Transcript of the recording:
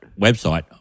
website